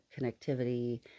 connectivity